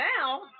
now